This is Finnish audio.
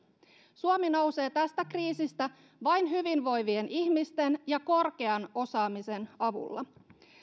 suomi nousee tästä kriisistä vain hyvinvoivien ihmisten ja korkean osaamisen avulla